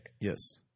Yes